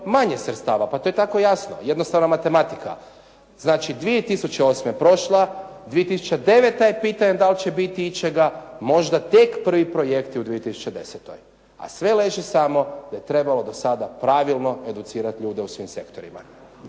manje sredstava, pa to je tako jasno, jednostavna matematika. Znači 2008. je prošla, 2009. je pitanje da li će biti ičega, možda tek prvi projekti u 2010., a sve leži samo da je trebalo do sada pravilno educirati ljude u svim sektorima.